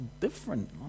different